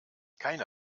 keine